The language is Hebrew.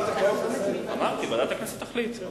אמרתי: ועדת הכנסת תחליט.